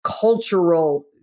cultural